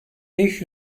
beş